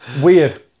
weird